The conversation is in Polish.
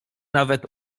nawet